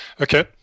okay